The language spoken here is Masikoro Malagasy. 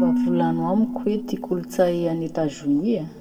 Mba volano amiko ty kolotsay any Etazonia?